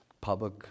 public